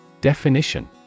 Definition